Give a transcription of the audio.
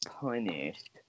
punished